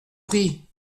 prie